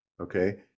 Okay